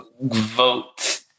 vote